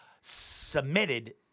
submitted